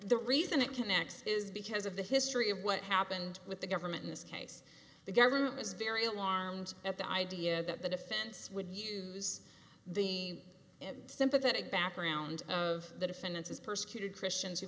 the reason it connects is because of the history of what happened with the government in this case the government was very alarmed at the idea that the defense would use the sympathetic background of the defendants as persecuted christians